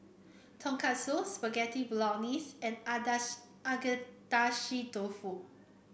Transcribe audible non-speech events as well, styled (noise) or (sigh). Tonkatsu Spaghetti Bolognese and (unintelligible) Agedashi Dofu